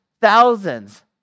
thousands